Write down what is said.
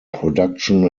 production